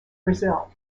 brazil